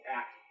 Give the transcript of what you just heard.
act